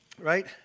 right